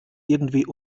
irgendwie